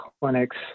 clinics